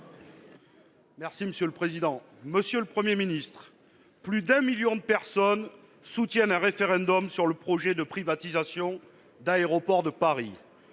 citoyen et écologiste. Monsieur le Premier ministre, plus d'un million de personnes soutiennent un référendum sur le projet de privatisation d'Aéroports de Paris.